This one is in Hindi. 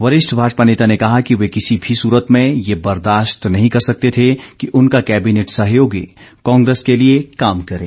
वरिष्ठ भाजपा नेता ने कहा कि वे किसी भी सूरत में ये बर्दाश्त नहीं कर सकते थे कि उनका कैबिनेट सहयोगी कांग्रेस के लिए काम करें